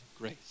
Grace